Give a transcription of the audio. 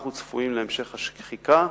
אנחנו צפויים להמשך השחיקה,